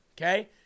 Okay